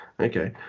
Okay